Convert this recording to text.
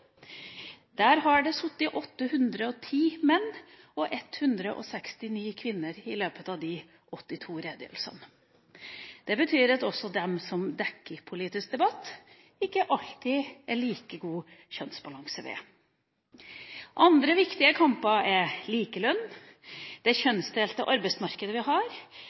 Der har det sittet 810 menn og 169 kvinner i løpet av de 82 redegjørelsene. Det betyr at det også hos dem som dekker politisk debatt, ikke alltid er like god kjønnsbalanse. Andre viktige kamper er likelønn, det kjønnsdelte arbeidsmarkedet vi har